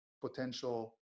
potential